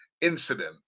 incident